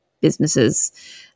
businesses